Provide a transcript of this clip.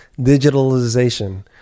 digitalization